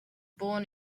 born